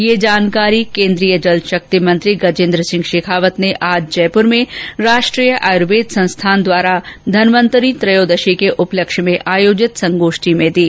यह जानकारी केन्द्रीय जल शक्ति मंत्री गजेन्द्र सिंह शेखावत ने आज जयपुर में राष्ट्रीय आयुर्वेद संस्थान द्वारा धनवंतरी त्रयोदशी के उपलक्ष में आयोजित संगोष्ठी में दी